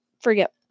forget